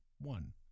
one